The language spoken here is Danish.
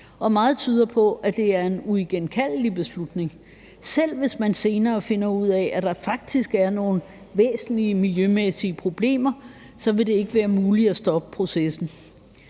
og meget tyder på, at det er en uigenkaldelig beslutning. Selv hvis man senere finder ud af, at der faktisk er nogle væsentlige miljømæssige problemer, så vil det ikke være muligt at stoppe processen.